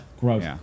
gross